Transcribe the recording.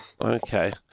Okay